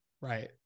right